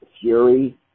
Fury